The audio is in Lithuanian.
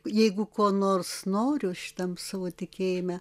jeigu ko nors noriu šitam savo tikėjime